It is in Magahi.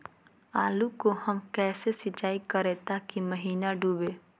आलू को हम कैसे सिंचाई करे ताकी महिना डूबे?